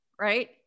right